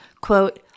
quote